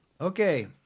Okay